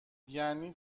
یعنی